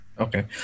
Okay